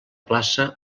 plaça